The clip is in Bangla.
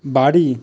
বাড়ি